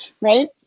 right